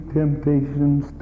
temptations